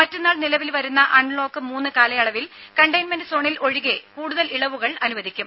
മറ്റന്നാൾ നിലവിൽ വരുന്ന അൺലോക്ക് മൂന്ന് കാലയളവിൽ കണ്ടെയിൻമെന്റ് സോണിൽ ഒഴികെ കൂടുതൽ ഇളവുകൾ അനുവദിക്കും